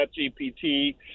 ChatGPT